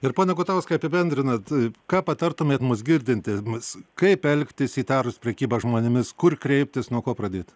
ir pone gutauskai apibendrinant ką patartumėt mus girdintiems kaip elgtis įtarus prekybą žmonėmis kur kreiptis nuo ko pradėti